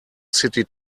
city